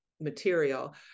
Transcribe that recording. material